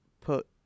put